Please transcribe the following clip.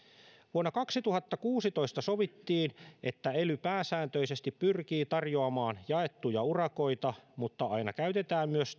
vuonna kaksituhattakuusitoista sovittiin että ely pääsääntöisesti pyrkii tarjoamaan jaettuja urakoita mutta aina käytetään myös